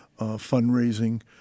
fundraising